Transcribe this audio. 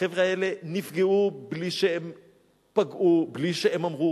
החבר'ה האלה נפגעו בלי שהם פגעו, בלי שהם אמרו.